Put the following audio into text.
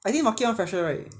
I think market [one] fresher right